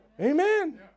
Amen